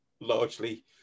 largely